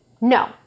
No